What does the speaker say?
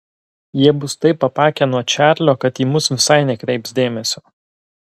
jie bus taip apakę nuo čarlio kad į mus visai nekreips dėmesio